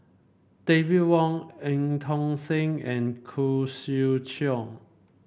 David Wong En Tong Sen and Khoo Swee Chiow